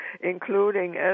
including